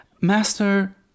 Master